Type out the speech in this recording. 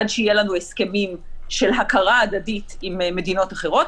עד שיהיו לנו הסכמים של הכרה הדדית עם מדינות אחרות,